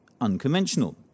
unconventional